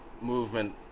movement